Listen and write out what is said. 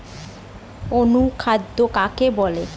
অনুখাদ্য কাকে বলে?